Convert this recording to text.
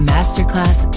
Masterclass